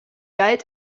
galt